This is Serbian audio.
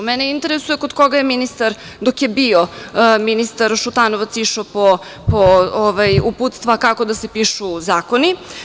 Mene interesuje kod koga je ministar dok je bio ministar Šutanovac išao po uputstva kako da se pišu zakoni.